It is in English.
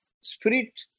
spirit